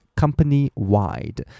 company-wide